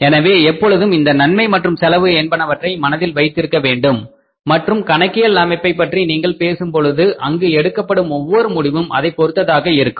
எனவே எப்பொழுதும் இந்த நன்மை மற்றும் செலவு என்பனவற்றை மனதில் வைத்திருக்க வேண்டும் மற்றும் கணக்கியல் அமைப்பைப் பற்றி நீங்கள் பேசும் பொழுது அங்கு எடுக்கப்படும் ஒவ்வொரு முடிவும் அதை பொருத்ததாக இருக்கும்